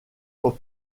aux